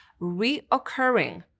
reoccurring